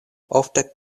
ofte